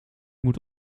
moet